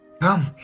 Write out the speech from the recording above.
come